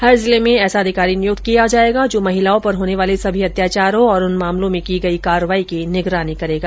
हर जिले में ऐसा अधिकारी नियुक्त किया जायेगा जो महिलाओं पर होने वाले सभी अत्याचारों और उन मामलों में की गई कार्रवाई की निगरानी करेगा